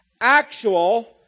actual